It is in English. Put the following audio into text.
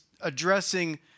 addressing